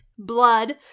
blood